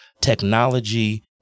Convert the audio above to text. technology